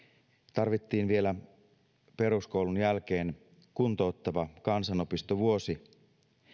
tarvittiin vielä peruskoulun jälkeen kuntouttava kansanopistovuosi